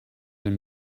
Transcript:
den